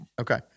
Okay